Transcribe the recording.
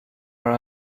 our